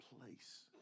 place